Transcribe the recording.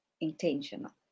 intentional